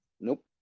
Nope